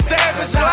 Savage